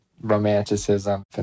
romanticism